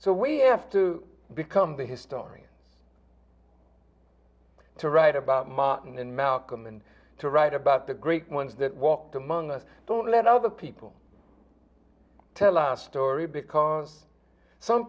so we asked to become the historian to write about martin and malcolm and to write about the great ones that walked among us don't let other people tell a story because some